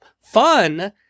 fun